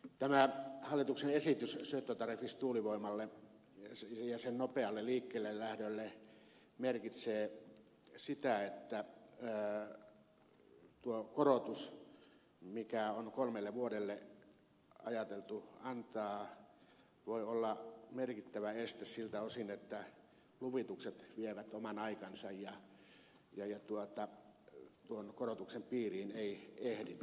tämä hallituksen esitys syöttötariffiksi tuulivoimalle ja sen nopealle liikkeellelähdölle merkitsee sitä että tuo korotus mikä on kolmelle vuodelle ajateltu antaa voi olla merkittävä este siltä osin että luvitukset vievät oman aikansa ja tuon korotuksen piiriin ei ehditä